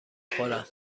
خورم